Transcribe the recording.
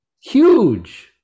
huge